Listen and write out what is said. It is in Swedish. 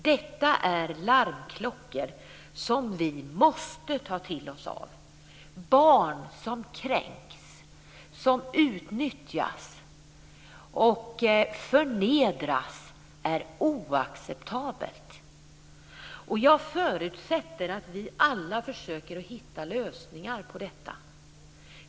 Detta är larmklockor som vi måste ta till oss. Det är oacceptabelt med barn som kränks, utnyttjas och förnedras. Jag förutsätter att vi alla försöker hitta lösningar på detta problem.